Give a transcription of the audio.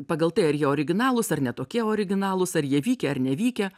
pagal tai ar jie originalūs ar ne tokie originalūs ar jie vykę ar nevykę